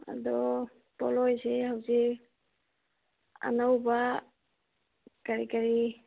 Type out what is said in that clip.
ꯑꯗꯣ ꯄꯣꯠꯂꯣꯏꯁꯦ ꯍꯧꯖꯤꯛ ꯑꯅꯧꯕ ꯀꯔꯤ ꯀꯔꯤ